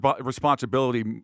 responsibility